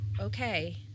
okay